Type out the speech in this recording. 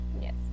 Yes